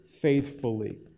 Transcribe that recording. faithfully